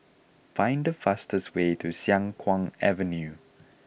find the fastest way to Siang Kuang Avenue